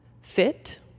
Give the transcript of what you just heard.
fit